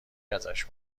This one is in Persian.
ازش